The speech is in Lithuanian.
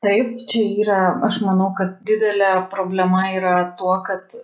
taip čia yra aš manau kad didelė problema yra tuo kad